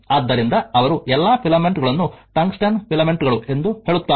ಆದ್ದರಿಂದ ಅವರು ಎಲ್ಲಾ ಫಿಲಮೆಂಟ್ ಗಳನ್ನು ಟಂಗ್ಸ್ಟನ್ ಫಿಲಮೆಂಟ್ ಗಳು ಎಂದು ಹೇಳುತ್ತಾರೆ